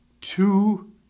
two